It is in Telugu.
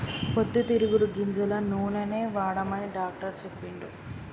పొద్దు తిరుగుడు గింజల నూనెనే వాడమని డాక్టర్ చెప్పిండు